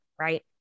right